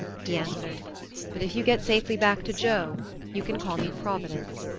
he answered but if you get safely back to joe you can call me providence.